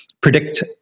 predict